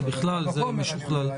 זה בכלל, זה משוכלל.